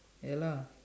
hair lah